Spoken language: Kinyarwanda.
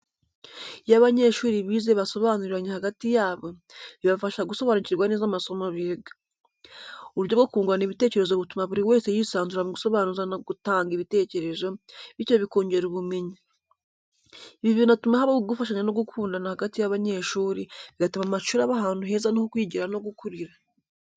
Iyo abanyeshuri bize basobanuriranye hagati yabo, bibafasha gusobanukirwa neza amasomo biga. Uburyo bwo kungurana ibitekerezo butuma buri wese yisanzura mu gusobanuza no gutanga igitekerezo, bityo bikongera ubumenyi. Ibi binatuma habaho gufashanya no gukundana hagati y'abanyeshuri, bigatuma amashuri aba ahantu heza ho kwiga no gukurira.